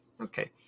Okay